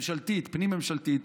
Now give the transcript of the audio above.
אבל גם בדיקה פנים-ממשלתית,